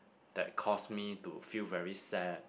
that cause me to feel very sad